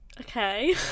Okay